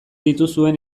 dituzuen